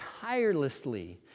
tirelessly